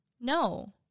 No